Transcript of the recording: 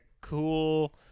cool